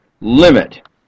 limit